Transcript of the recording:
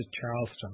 Charleston